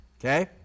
okay